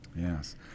yes